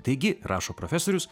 taigi rašo profesorius